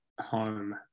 home